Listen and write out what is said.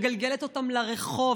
מגלגלת אותם לרחוב,